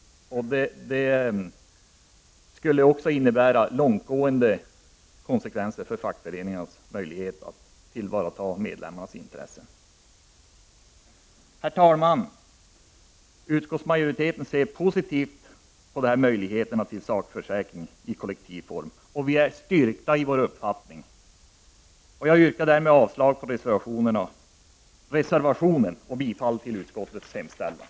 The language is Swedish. Det skulle också innebära långtgående konsekvenser för fackföreningarnas möjlighet att tillvarata medlemmarnas intressen. Herr talman! Utskottsmajoriteten ser positivt på möjligheterna till sakförsäkring i kollektiv form. Vi är styrkta i vår uppfattning. Jag yrkar därmed avslag på reservationen och bifall till utskottets hemställan.